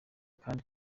kandi